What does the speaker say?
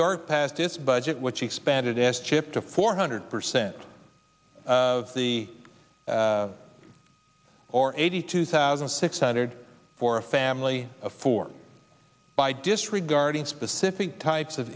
york passed this budget which expanded s chip to four hundred percent of the or eighty two thousand six hundred for a family of four by disregarding specific types of